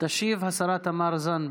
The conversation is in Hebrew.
תשיב השרה תמר זנדברג.